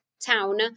town